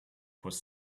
was